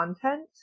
content